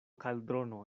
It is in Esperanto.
kaldrono